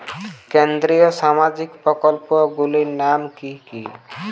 কেন্দ্রীয় সামাজিক প্রকল্পগুলি নাম কি কি?